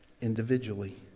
Individually